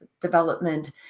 development